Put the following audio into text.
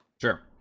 Sure